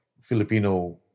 Filipino